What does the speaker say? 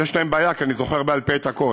ויש להם בעיה, כי אני זוכר בעל פה את הכול,